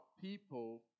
people